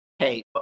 Hey